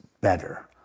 better